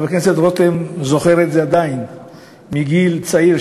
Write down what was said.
חבר הכנסת רותם זוכר את זה עדיין מגיל צעיר,